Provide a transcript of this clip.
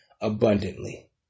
abundantly